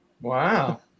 Wow